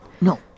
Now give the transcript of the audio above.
No